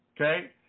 okay